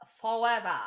forever